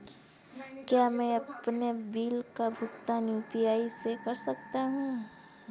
क्या मैं अपने बिल का भुगतान यू.पी.आई से कर सकता हूँ?